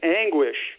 anguish